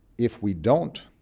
if we don't,